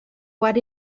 what